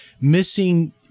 missing